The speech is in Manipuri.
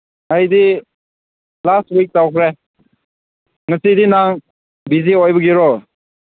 ꯑꯩꯗꯤ ꯂꯥꯁ ꯋꯤꯛ ꯇꯧꯈ꯭ꯔꯦ ꯉꯁꯤꯗꯤ ꯅꯪ ꯕꯤꯖꯤ ꯑꯣꯏꯕꯒꯤꯔꯣ